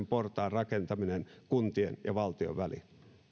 portaan rakentaminen kuntien ja valtion väliin